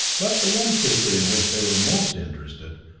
but the one secret in which they were most interested,